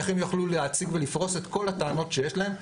איך הם יכלו להציג ולפרוס את כל הטענות שיש להם,